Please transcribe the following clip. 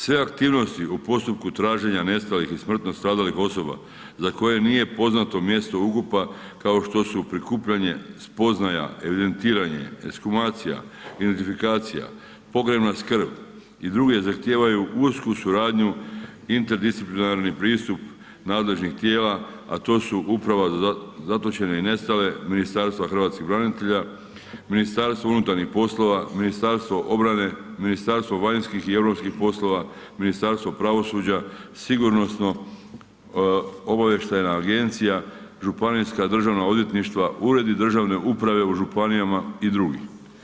Sve aktivnosti u postupku traženja nestalih i smrtno stradalih osoba za koje nije poznato mjesto ukopa kao što su prikupljanje spoznaja, evidentiranje, ekshumacija, identifikacija, pogrebna skrb i druge zahtijevaju usku suradnju, interdisciplinarni pristup nadležnih tijela a to su Uprava za zatočene i nestale, Ministarstvo hrvatskih branitelja, Ministarstvo unutarnjih poslova, Ministarstvo obrane, Ministarstvo vanjskih i europskih poslova, Ministarstvo pravosuđa, Sigurnosno obavještajna agencija, županijska državna odvjetništva, uredi državne uprave u županijama i drugi.